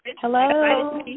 Hello